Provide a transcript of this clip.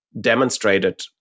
demonstrated